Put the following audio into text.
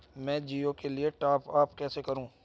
मैं जिओ के लिए टॉप अप कैसे करूँ?